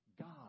God